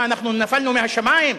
מה, אנחנו נפלנו מהשמים?